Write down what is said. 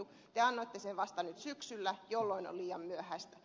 te annoitte sen vasta nyt syksyllä jolloin on liian myöhäistä